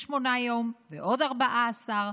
28 יום ועוד 14,